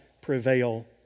prevail